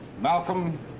Malcolm